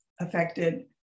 affected